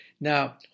Now